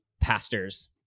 pastors